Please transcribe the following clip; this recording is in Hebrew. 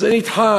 זה נדחה.